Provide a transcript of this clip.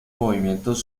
movimientos